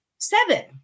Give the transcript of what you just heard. seven